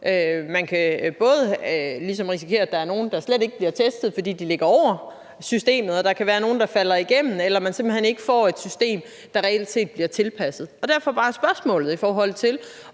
ligesom både risikere, at der er nogle, der slet ikke bliver testet, fordi de ligger over systemet, og der kan være nogle, der falder igennem, eller at man simpelt hen ikke får et system, der reelt set bliver tilpasset. Jeg ved godt,